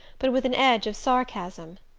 but with an edge of sarcasm.